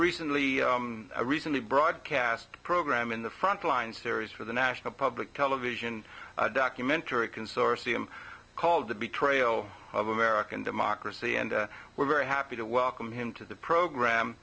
recently a recently broadcast program in the frontline series for the national public television documentary consortium called to be trail of american democracy and we're very happy to welcome him to the program